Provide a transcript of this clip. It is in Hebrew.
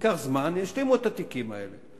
ייקח זמן וישלימו את התיקים האלה.